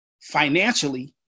financially